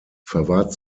verwahrt